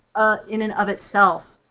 ah in and of itself,